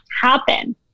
happen